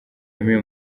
yemeye